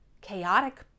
chaotic